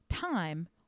Time